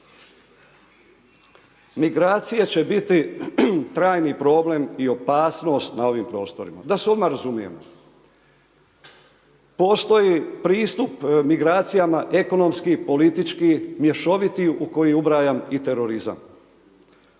Migracije će biti trajni problem i opasnost na ovim prostorima. Da se odmah razumijemo, postoji pristup migracijama, ekonomski politički, mješoviti u koji ubrajam i terorizam.